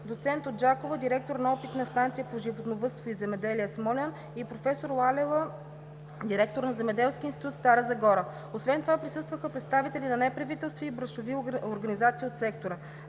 доцент Оджакова – директор на Опитна станция по животновъдство и земеделие – Смолян, и професор Лалева – директор на Земеделския институт – Стара Загора. Освен това присъстваха представители на неправителствени и браншови организации от сектора.